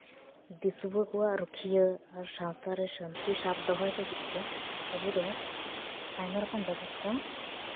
ᱫᱤᱥᱣᱟᱹ ᱠᱚᱣᱟᱜ ᱨᱩᱠᱷᱤᱭᱟᱹ ᱟᱨ ᱥᱟᱶᱛᱟ ᱨᱮ ᱥᱟᱹᱱᱛᱤ ᱥᱟᱵ ᱫᱚᱦᱚᱭ ᱞᱟᱹᱜᱤᱫ ᱛᱮ ᱟᱵᱚ ᱫᱚ ᱟᱭᱢᱟ ᱨᱚᱠᱚᱢ ᱵᱮᱵᱚᱥᱛᱷᱟ